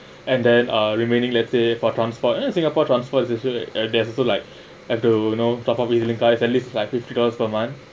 and then uh remaining let's say for transport and then in singapore transports is also like there's also like have to you know top up easy link cards at least like fifty dollars per month